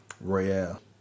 Royale